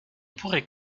pourrait